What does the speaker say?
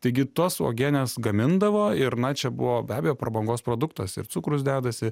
taigi tos uogienės gamindavo ir na čia buvo be abejo prabangos produktas ir cukrus dedasi